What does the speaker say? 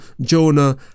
Jonah